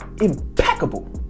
impeccable